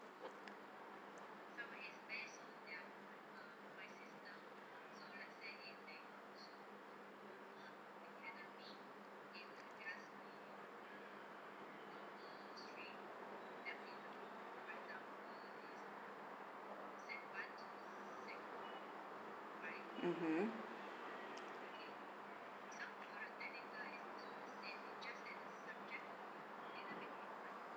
mmhmm